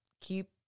keep